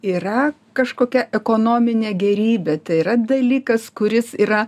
yra kažkokia ekonominė gėrybė tai yra dalykas kuris yra